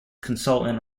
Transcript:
consultant